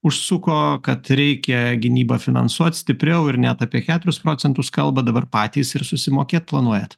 užsuko kad reikia gynybą finansuot stipriau ir net apie keturis procentus kalba dabar patys ir susimokėt planuojat